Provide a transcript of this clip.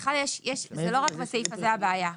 לא רק בסעיף הזה, הבעיה היא